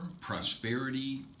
Prosperity